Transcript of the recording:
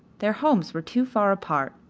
their homes were too far apart.